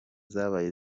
zabaye